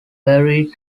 buried